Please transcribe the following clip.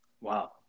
Wow